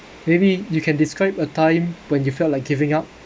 maybe you can describe a time when you felt like giving up